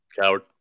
Coward